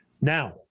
Now